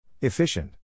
Efficient